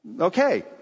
okay